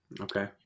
Okay